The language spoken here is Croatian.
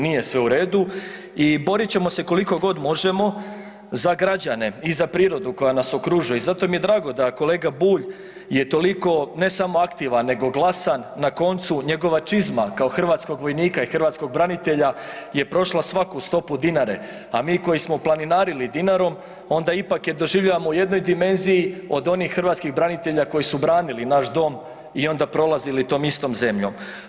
Nije sve u redu i borit ćemo se koliko god možemo za građane i za prirodu koja nas okružuje i zato mi je drago da kolega Bulj je toliko ne samo aktivan nego glasan, na koncu njegova čizma kao hrvatskog vojnika i hrvatskog branitelja i hrvatskog branitelja je prošla svaku stopu Dinare a mi koji smo planinarili Dinarom, onda ipak je doživljavamo u jednoj dimenziji od onih hrvatskih branitelja koji su branili naš dom i onda prolazili tom istom zemljom.